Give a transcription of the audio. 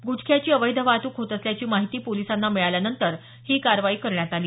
गुटख्याची अवैध वाहतूक होत असल्याची माहिती पोलिसांना मिळाल्यानंतर ही कारवाई करण्यात आली